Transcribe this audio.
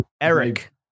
Eric